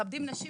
מכבדים נשים,